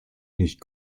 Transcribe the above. nicht